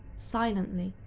silently,